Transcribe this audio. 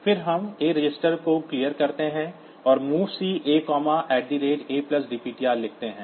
फिर हम A register को क्लियर करते हैं और MOVC A A DPTR लिखते हैं